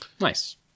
Nice